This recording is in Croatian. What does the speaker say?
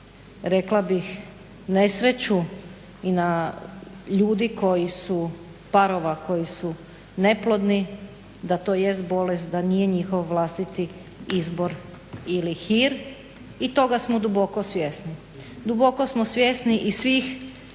rekla bih nesreću i na ljudi koji su, parova koji su neplodni da to jest bolest, da nije njihov vlastiti izbor ili hir i toga smo duboko svjesni. Duboko smo svjesni i svih